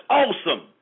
awesome